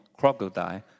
crocodile